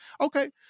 Okay